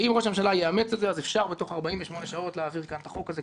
אם ראש הממשלה יאמץ את זה אז אפשר בתוך 48 שעות להעביר כאן את החוק הזה.